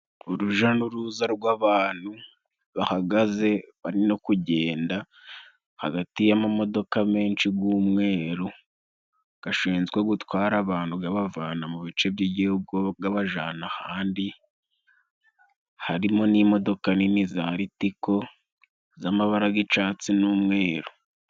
Uruja n'uruza rw'abantu bahagaze bari no kugenda hagati y'amamodoka menshi g'umweru gashinzwe gutwara abantu, gabavana mu bice by'Igihugu gabajana ahandi. Harimo n'imodoka nini za litiko z'amabara g'icatsi n'umweru.